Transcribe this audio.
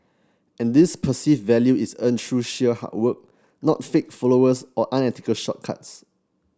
and this perceived value is earned through sheer hard work not fake followers or unethical shortcuts